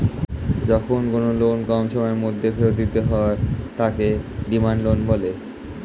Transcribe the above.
যখন কোনো লোন কম সময়ের মধ্যে ফেরত দিতে হয় তাকে ডিমান্ড লোন বলে